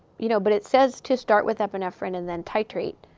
you know, but it says to start with epinephrine and then titrate.